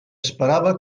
esperava